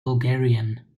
bulgarian